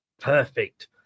Perfect